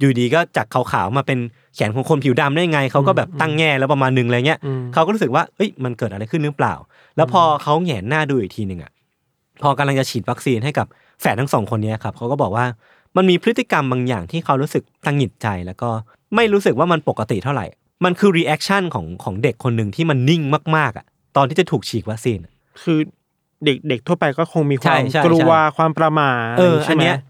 อยู่ดีก็จากขาวๆมาเป็นแขนของคนผิวดำได้ไงเขาก็แบบตั้งแง่แล้วประมาณหนึ่งอะไรเงี้ยอืมเขาก็รู้สึกว่าเอ้ยมันเกิดอะไรขึ้นหรือเปล่าแล้วพออืมเขาแหงนหน้าดูอีกทีหนึ่งอะ พอกำลังจะฉีดวัคซีนให้กับแฝดทั้งสองคนเนี้ยครับเขาก็บอกว่ามันมีพฤติกรรมบางอย่างที่เขารู้สึกตังหิดใจแล้วก็ไม่รู้สึกว่ามันปกติเท่าไหร่ มันคือ reaction ของ- ของเด็กคนหนึ่งที่มันนิ่งมากๆอะตอนที่จะถูกฉีดวัคซีนอะคือเด็กๆทั่วไปก็คงมีความใช่ ใช่ ใช่กลัวความประหม่าอะไรอย่างงี้ใช่ไหม?